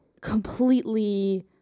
completely